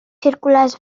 circulars